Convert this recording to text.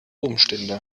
umstände